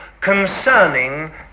concerning